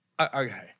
okay